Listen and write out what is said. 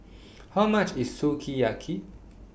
How much IS Sukiyaki